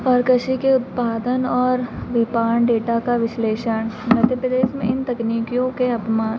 और कृषि के उत्पादन और विपाणन डेटा का विश्लेषण मध्य प्रदेश में इन तकनीकियों के अपमा